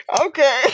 Okay